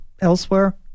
elsewhere